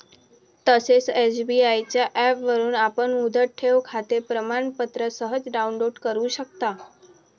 तसेच एस.बी.आय च्या ऍपवरून आपण मुदत ठेवखाते प्रमाणपत्र सहज डाउनलोड करु शकता